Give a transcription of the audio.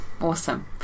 awesome